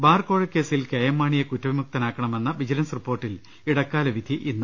ബാർക്കോഴ കേസിൽ കെഎം മാണിയെ കുറ്റവിമുക്തനാ ക്കണമെന്ന് വിജിലൻസ് റിപ്പോർട്ടിൽ ഇടക്കാലവിധി ഇന്ന്